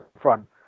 front